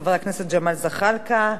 חבר הכנסת ג'מאל זחאלקה,